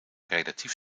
relatief